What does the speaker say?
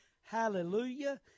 Hallelujah